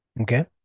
Okay